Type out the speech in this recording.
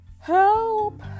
help